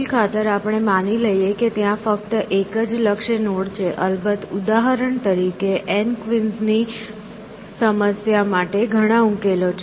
દલીલ ખાતર આપણે માની લઈએ કે ત્યાં ફક્ત એક જ લક્ષ્ય નોડ છે અલબત્ત ઉદાહરણ તરીકે N ક્વીન્સ કવિન સમસ્યા માટે ઘણા ઉકેલો છે